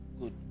good